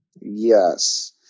Yes